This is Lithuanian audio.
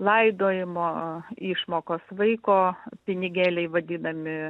laidojimo išmokos vaiko pinigėliai vadinami